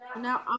Now